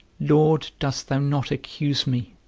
lord, dost thou not accuse me,